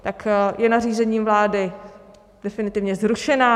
Tak je nařízením vlády definitivně zrušeno?